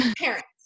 parents